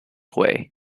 way